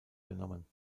genommen